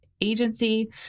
Agency